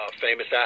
famous